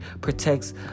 protects